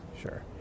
Sure